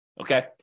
okay